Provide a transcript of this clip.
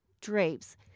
drapes